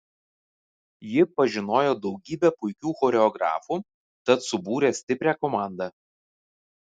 ji pažinojo daugybę puikių choreografų tad subūrė stiprią komandą